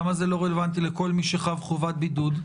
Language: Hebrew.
למה זה לא רלוונטי לכל מי שחב חובת בידוד?